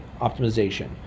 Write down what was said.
optimization